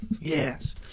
Yes